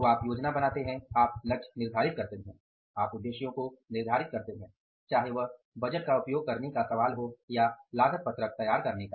तो आप योजना बनाते हैं आप लक्ष्य निर्धारित करते हैं आप उद्देश्यों को निर्धारित करते हैं चाहे वह बजट का उपयोग करने का सवाल हो या लागत पत्रक तैयार करने का